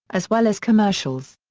as well as commercials.